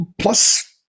plus